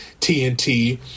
TNT